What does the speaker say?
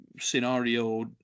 scenario